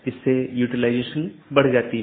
जिसे हम BGP speaker कहते हैं